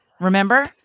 Remember